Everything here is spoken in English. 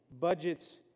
budgets